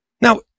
Now